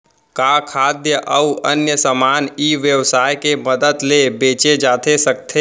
का खाद्य अऊ अन्य समान ई व्यवसाय के मदद ले बेचे जाथे सकथे?